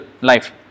life